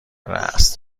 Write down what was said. راس